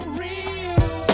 real